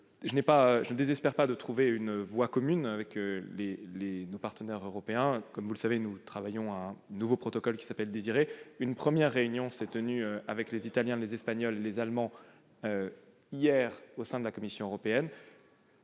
je ne désespère pas de trouver une voie commune avec nos partenaires européens. Comme vous le savez, nous travaillons à un nouveau protocole dénommé Désiré. Une première réunion avec les Italiens, les Espagnols et les Allemands s'est tenue hier au sein de la Commission européenne.